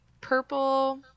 purple